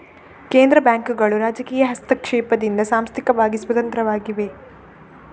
ಕೇಂದ್ರ ಬ್ಯಾಂಕುಗಳು ರಾಜಕೀಯ ಹಸ್ತಕ್ಷೇಪದಿಂದ ಸಾಂಸ್ಥಿಕವಾಗಿ ಸ್ವತಂತ್ರವಾಗಿವೆ